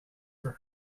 for